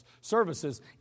services